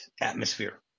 atmosphere